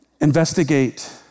Investigate